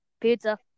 Pizza